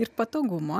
ir patogumo